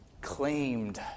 claimed